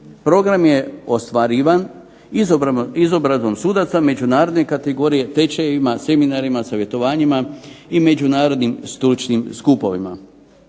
Program je ostvarivan izobrazbom sudaca međunarodne kategorije, tečajevima, seminarima, savjetovanjima i međunarodnim stručnim skupovima.